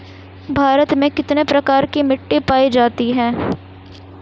भारत में कितने प्रकार की मिट्टी पाई जाती हैं?